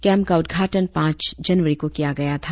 camp का उद्घाटन पांच जनवरी को किया गया था